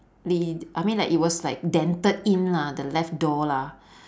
~ly I mean like it was like dented in lah the left door lah